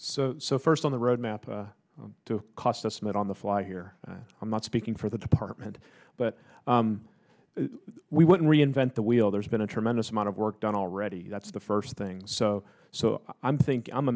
so so first on the road map to cost estimate on the fly here i'm not speaking for the department but we wouldn't reinvent the wheel there's been a tremendous amount of work done already that's the first thing so so i'm thinking i'm